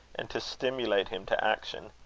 and to stimulate him to action.